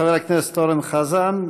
חבר הכנסת אורן חזן.